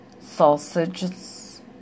sausages